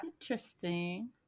Interesting